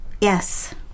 Yes